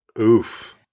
Oof